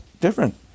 different